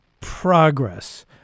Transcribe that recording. progress